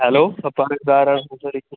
hello ആരാണ് സംസാരിക്കുന്നത്